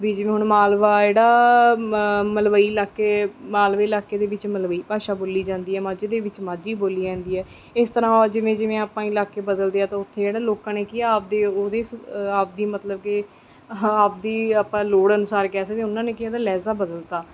ਵੀ ਜਿਵੇਂ ਹੁਣ ਮਾਲਵਾ ਜਿਹੜਾ ਮ ਮਲਵਈ ਇਲਾਕੇ ਮਾਲਵੇ ਇਲਾਕੇ ਦੇ ਵਿੱਚ ਮਲਵਈ ਭਾਸ਼ਾ ਬੋਲੀ ਜਾਂਦੀ ਹੈ ਮਾਝੇ ਦੇ ਵਿੱਚ ਮਾਝੀ ਬੋਲੀ ਜਾਂਦੀ ਹੈ ਇਸ ਤਰ੍ਹਾਂ ਜਿਵੇਂ ਜਿਵੇਂ ਆਪਾਂ ਇਲਾਕੇ ਬਦਲਦੇ ਆ ਤਾਂ ਉੱਥੇ ਜਿਹੜਾ ਲੋਕਾਂ ਨੇ ਕੀ ਆਪਦੇ ਉਹਦੇ ਸ ਆਪਦੀ ਮਤਲਬ ਕਿ ਆਪਦੀ ਆਪਾਂ ਲੋੜ ਅਨੁਸਾਰ ਕਹਿ ਸਕਦੇ ਆਂ ਉਹਨਾਂ ਨੇ ਕੀ ਹੈ ਲਹਿਜ਼ਾ ਬਦਲ ਤਾ